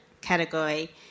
category